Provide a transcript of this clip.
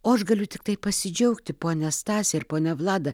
o aš galiu tiktai pasidžiaugti ponia stase ir ponia vlada